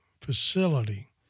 facility